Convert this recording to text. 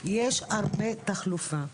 יש הרבה תחלופה.